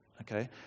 okay